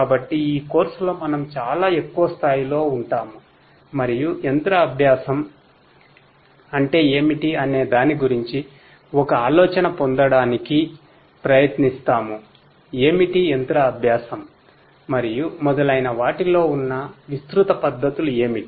కాబట్టి ఈ కోర్సు మరియు మొదలైన వాటిలో ఉన్న విస్తృత పద్ధతులు ఏమిటి